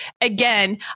again